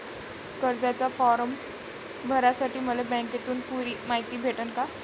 कर्जाचा फारम भरासाठी मले बँकेतून पुरी मायती भेटन का?